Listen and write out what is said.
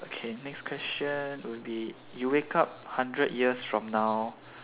okay next question will be you wake up hundred years from now